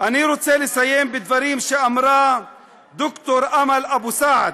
אני רוצה לסיים בדברים שאמרה דוקטור אמאל אבו סעד,